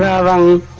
ah wrong